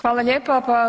Hvala lijepa.